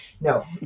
no